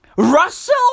Russell